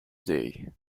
day